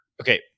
Okay